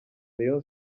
rayon